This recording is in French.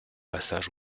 passage